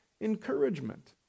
encouragement